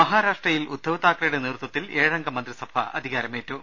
മഹാരാഷ്ട്രയിൽ ഉദ്ധവ് താക്കറെയുടെ നേതൃത്വത്തിൽ ഏഴംഗ മന്ത്രിസഭ അധികാരമേറ്റു